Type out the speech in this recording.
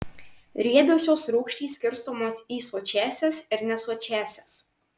riebiosios rūgštys skirstomis į sočiąsias ir nesočiąsias